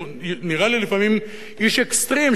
הוא נראה לי לפעמים איש אקסטרים,